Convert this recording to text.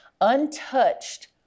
untouched